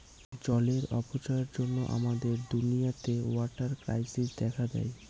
জলের অপচয়ের জন্য আমাদের দুনিয়াতে ওয়াটার ক্রাইসিস দেখা দেয়